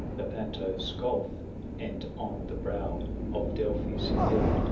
lepanto's gulf and, on the brow of delphi's hill,